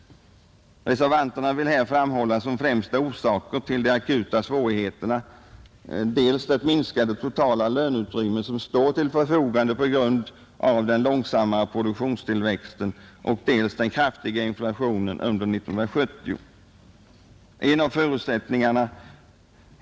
Reservanterna vill här framhålla som främsta orsaker till de akuta svårigheterna dels det minskade totala löneutrymme som står till förfogande på grund av den långsammare produktionstillväxten, dels den kraftiga inflationen som kulminerade under 1970.